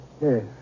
Yes